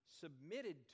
submitted